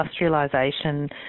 industrialisation